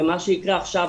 ומה שיקרה עכשיו,